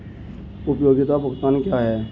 उपयोगिता भुगतान क्या हैं?